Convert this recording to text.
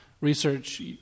research